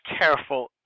careful